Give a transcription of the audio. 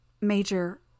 major